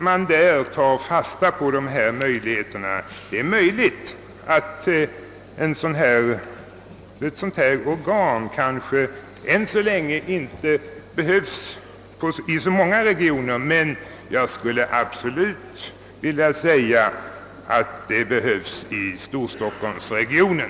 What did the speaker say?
Kanske behövs ett organ av den i motionerna föreslagna typen än så länge inte i särskilt många regioner, men jag anser att det absolut behövs i storstockholmsregionen.